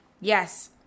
Yes